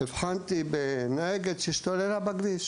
הבחנתי בנהגת שהשתוללה בכביש